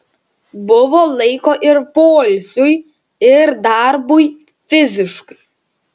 buvo laiko ir poilsiui ir darbui fiziškai